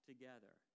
together